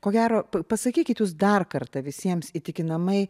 ko gero pasakykit jūs dar kartą visiems įtikinamai